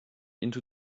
into